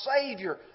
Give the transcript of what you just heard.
Savior